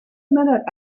minute